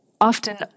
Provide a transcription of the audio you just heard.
often